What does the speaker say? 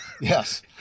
yes